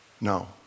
No